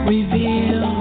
Reveal